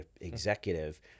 executive